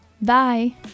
Bye